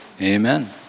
Amen